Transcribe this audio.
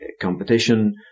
competition